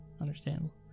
understandable